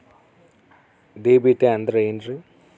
DBT ಅಂದ್ರ ಏನ್ರಿ?